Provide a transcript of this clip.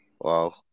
Wow